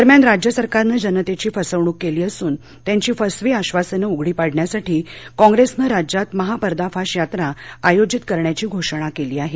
दरम्यान राज्य सरकारनं जनतेची फसवणूक केली असून त्यांची फसवी आश्वासनं उघडी पाडण्यासाठी काँप्रेसनं राज्यात महापर्दाफाश यात्रा आयोजित करण्याची घोषणा केली आहे